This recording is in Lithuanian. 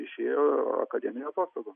išėjo akademinių atostogų